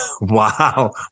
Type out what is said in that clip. Wow